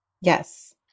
Yes